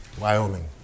Wyoming